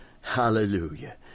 Hallelujah